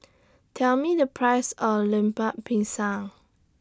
Tell Me The Price of Lemper Pisang